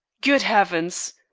good heavens!